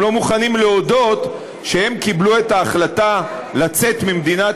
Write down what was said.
הם לא מוכנים להודות שהם קיבלו את ההחלטה לצאת ממדינת